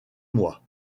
mois